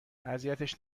اذیتش